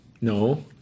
No